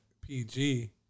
PG